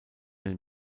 den